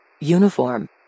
Uniform